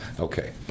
Okay